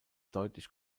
deutlich